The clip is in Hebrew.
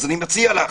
אז אני מציע לך.